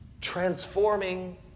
Transforming